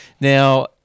Now